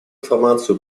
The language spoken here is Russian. информацию